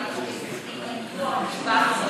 גם אם יהיו טורבינות,